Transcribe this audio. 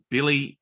Billy